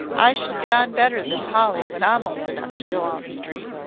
i shall get on better than polly when i'm old enough to go on the street.